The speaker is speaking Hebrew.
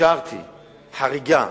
שאפשרתי חריגה,